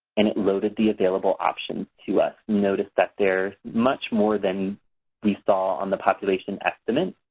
and it loaded the available options to us. noticed that there's much more than we saw on the population estimate.